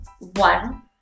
one